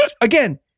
Again